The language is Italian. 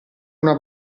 una